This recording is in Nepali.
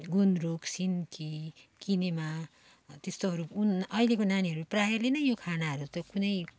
गुन्द्रुक सिङ्की किनेमा त्यस्तोहरू अहिलेको नानीहरू प्रायः ले नै यो खानाहरू त कुनै